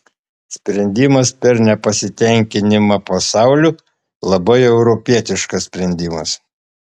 sprendimas per nepasitenkinimą pasauliu labai europietiškas sprendimas